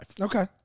Okay